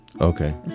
Okay